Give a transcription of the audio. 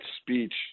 speech